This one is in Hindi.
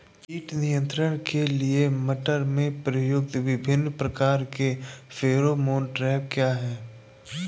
कीट नियंत्रण के लिए मटर में प्रयुक्त विभिन्न प्रकार के फेरोमोन ट्रैप क्या है?